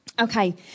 Okay